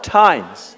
times